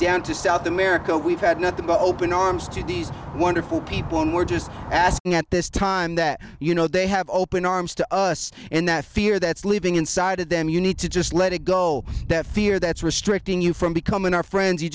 down to south america we've had nothing but open arms to these wonderful people and we're just asking at this time that you know they have open arms to us in that fear that's leaving inside of them you need to just let it go that fear that's restricting you from becoming our friends you